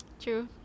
True